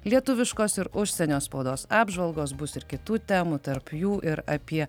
lietuviškos ir užsienio spaudos apžvalgos bus ir kitų temų tarp jų ir apie